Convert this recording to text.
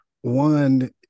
one